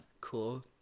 Cool